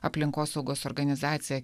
aplinkosaugos organizacija